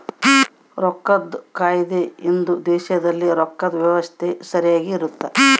ರೊಕ್ಕದ್ ಕಾಯ್ದೆ ಇಂದ ದೇಶದಲ್ಲಿ ರೊಕ್ಕದ್ ವ್ಯವಸ್ತೆ ಸರಿಗ ಇರುತ್ತ